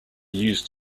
use